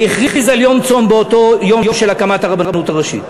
והכריז על יום צום באותו יום של הקמת הרבנות הראשית.